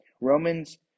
Romans